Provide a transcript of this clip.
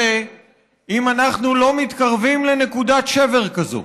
אם אנחנו לא מתקרבים לנקודת שבר כזו.